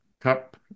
cup